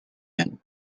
and